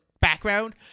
background